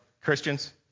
Christians